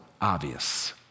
obvious